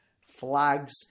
flags